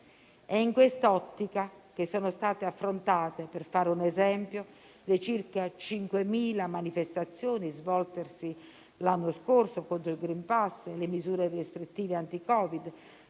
È in quest'ottica che sono state affrontate - per fare un esempio - le circa 5.000 manifestazioni svoltesi l'anno scorso contro il *green pass* e le misure restrittive anti-Covid;